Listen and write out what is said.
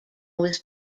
was